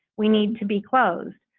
we need to be closed.